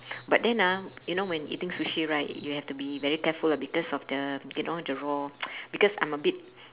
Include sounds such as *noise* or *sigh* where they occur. but then ah you know when eating sushi right you have to be very careful ah because of the you know the raw *noise* because I'm a bit